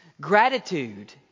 Gratitude